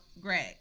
Greg